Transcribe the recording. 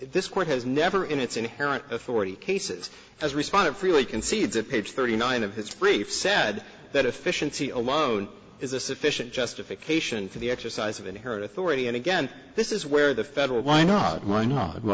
court has never in its inherent authority cases has responded freely concede to page thirty nine of his brief said that efficiency alone is a sufficient justification for the exercise of inherent authority and again this is where the federal why not why not w